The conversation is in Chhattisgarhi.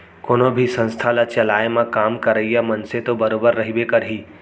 कोनो भी संस्था ल चलाए म काम करइया मनसे तो बरोबर रहिबे करही